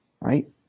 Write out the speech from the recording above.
right